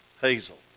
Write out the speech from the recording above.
Hazel